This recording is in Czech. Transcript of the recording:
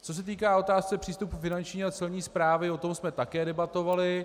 Co se týká otázky přístupu Finanční a Celní správy, o tom jsme také debatovali.